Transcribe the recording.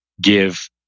give